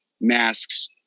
masks